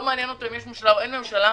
לא מעניין אותם אם אין או יש ממשלה,